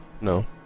No